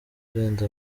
urenze